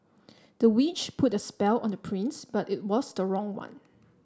the witch put a spell on the prince but it was the wrong one